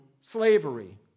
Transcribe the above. slavery